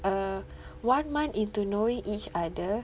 err one month into knowing each other